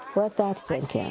let that sink